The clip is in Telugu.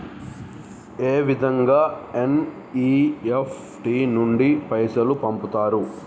ఏ విధంగా ఎన్.ఇ.ఎఫ్.టి నుండి పైసలు పంపుతరు?